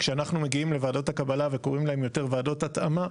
כשאנחנו מגיעים לוועדת הקבלה וקוראים להם יותר ועדות התאמה,